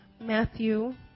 Matthew